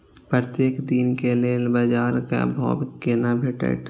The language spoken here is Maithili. प्रत्येक दिन के लेल बाजार क भाव केना भेटैत?